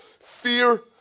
Fear